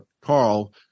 Carl